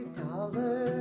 dollar